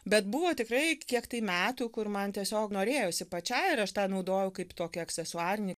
bet buvo tikrai kiek tai metų kur man tiesiog norėjosi pačiai ir aš tą naudoju kaip tokią aksesuarinį